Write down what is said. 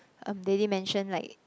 um they didn't mention like